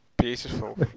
Beautiful